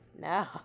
No